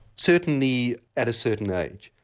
certainly at a certain age,